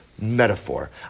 metaphor